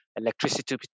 electricity